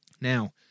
Now